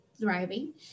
thriving